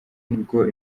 nibwo